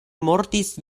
mortis